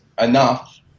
enough